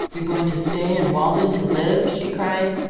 you're going to stay in walden to live? she cried.